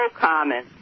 common